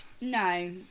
No